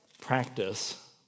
practice